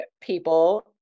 people